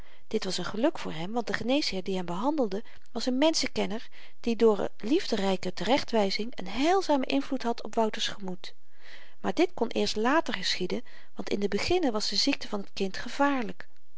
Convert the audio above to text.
dit was een geluk voor hem want de geneesheer die hem behandelde was een menschenkenner die door liefderyke terechtwyzing een heilzamen invloed had op wouter's gemoed maar dit kon eerst later geschieden want in den beginne was de ziekte van t kind gevaarlyk